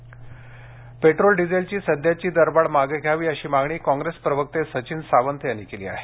Sachin Sawant petrol डिझेलची सध्याची दरवाढ मागे घ्यावी अशी मागणी काँग्रेस प्रवक्ते सचिन सावंत यांनी केली आहे